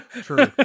true